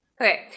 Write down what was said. Okay